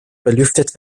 belüftet